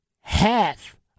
half